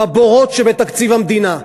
בבורות שבתקציב המדינה.